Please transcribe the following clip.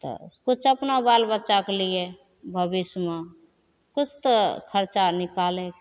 तऽ किछु अपना बाल बच्चाके लिए भविष्यमे किछ तऽ खरचा निकालै